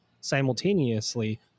simultaneously